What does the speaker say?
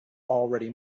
already